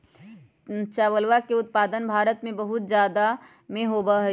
चावलवा के उत्पादन भारत में बहुत जादा में होबा हई